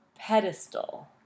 pedestal